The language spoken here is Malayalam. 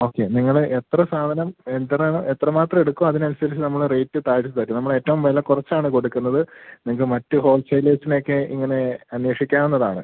ഓക്കെ നിങ്ങൾ എത്ര സാധനം എത്ര എത്ര മാത്രം എടുക്കും അതിന് അനുസരിച്ച് നമ്മൾ റേറ്റ് താഴ്ത്തി തരും നമ്മൾ ഏറ്റവും വില കുറച്ചാണ് കൊടുക്കുന്നത് നിങ്ങക്ക് മറ്റ് ഹോൾസെയിൽ റേറ്റിനൊക്കെ ഇങ്ങനെ അന്വേഷിക്കാവുന്നതാണ്